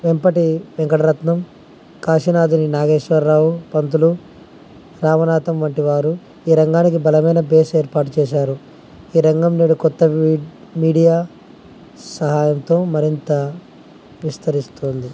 వెంపటి వెంకటరత్నం కాశీనాధుని నాగేశ్వరరావు పంతులు రామనాథం వంటి వారు ఈ రంగానికి బలమైన బేస్ ఏర్పాటు చేసారు ఈ రంగం నేడు క్రొత్త మీడియా సహాయంతో మరింత విస్తరిస్తుంది